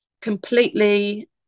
completely